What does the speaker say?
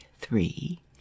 three